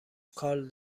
کال